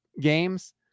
games